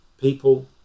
people